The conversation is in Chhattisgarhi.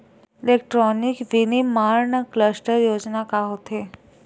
इलेक्ट्रॉनिक विनीर्माण क्लस्टर योजना का होथे?